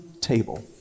table